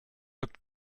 looked